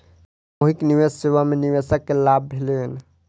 सामूहिक निवेश सेवा में निवेशक के लाभ भेलैन